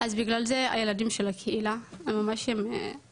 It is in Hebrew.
אז בגלל זה הילדים של הקהילה הם ממש כמונו,